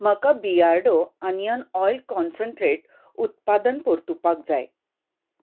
म्हाका बियर्डो onion oil concentrate उत्पादन परतुपाक जाय